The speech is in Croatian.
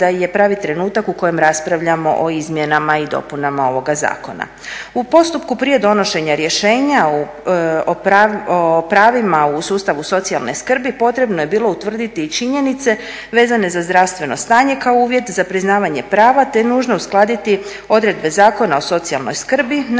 U postupku prije donošenja rješenja o pravima u sustavu socijalne skrbi potrebno je bilo utvrditi i činjenice vezane za zdravstveno stanje kao uvjet za priznavanje prava te je nužno uskladiti odredbe Zakona o socijalnoj skrbi na način